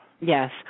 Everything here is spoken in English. Yes